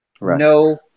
No